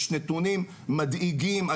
יש נתונים מדאיגים,